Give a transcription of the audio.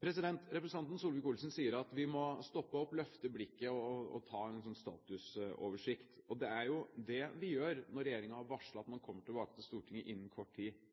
Representanten Solvik-Olsen sier at vi må stoppe opp, løfte blikket og ta en statusoversikt. Det er jo det vi gjør når regjeringen har varslet at